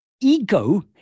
Ego